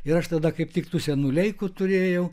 ir aš tada kaip tik tų senų leikų turėjau